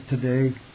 today